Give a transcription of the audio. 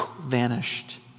vanished